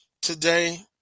today